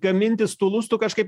gamintis tų lustų kažkaip